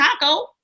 Taco